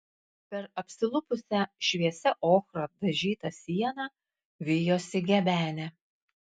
per apsilupusią šviesia ochra dažytą sieną vijosi gebenė